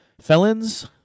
felons